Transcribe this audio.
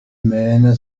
humaine